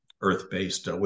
Earth-based